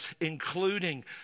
including